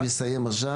אני מסיים עכשיו,